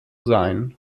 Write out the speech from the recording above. sein